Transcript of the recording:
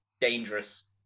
dangerous